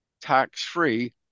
tax-free